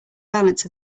balance